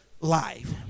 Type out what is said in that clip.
life